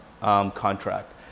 contract